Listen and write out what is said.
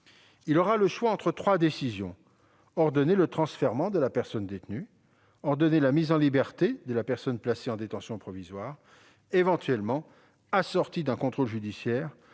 Il aura le choix entre trois options : ordonner le transfèrement de la personne détenue ; ordonner la mise en liberté de la personne placée en détention provisoire, éventuellement assortie d'un contrôle judiciaire